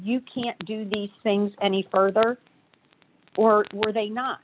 you can't do these things any further or were they not